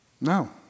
No